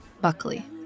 Buckley